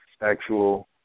actual